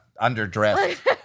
underdressed